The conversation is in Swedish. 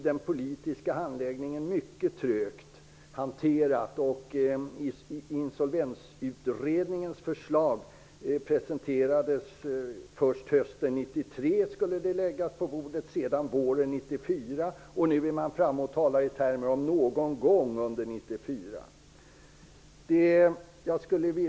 Den politiska handläggningen av detta har gått mycket trögt. Insolvensutredningens förslag skulle först presenteras hösten 1993. Sedan sade man att det skulle komma våren 1994. Nu talar man om att det skall komma någon gång under 1994.